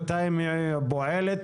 שינמקו לנו איך יכול להיות שאין עלויות,